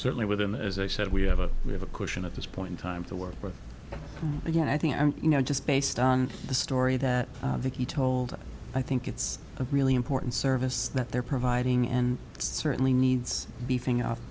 certainly within the as i said we have a we have a cushion at this point in time to work but again i think i'm you know just based on the story that vicki told i think it's a really important service that they're providing and it certainly needs beefing up